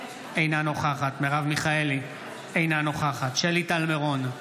אינה נוכחת מרב מיכאלי, אינה נוכחת שלי טל מירון,